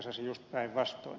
sasi juuri päinvastoin